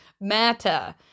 matter